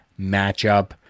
matchup